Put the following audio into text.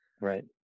Right